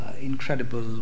incredible